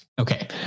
Okay